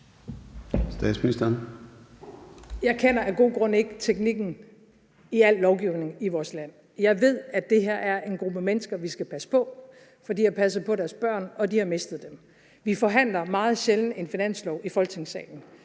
Frederiksen): Jeg kender af gode grunde ikke teknikken i al lovgivning i vores land. Jeg ved, at det her er en gruppe mennesker, vi skal passe på, for de har passet på deres børn, og de har mistet dem. Vi forhandler meget sjældent en finanslov i Folketingssalen.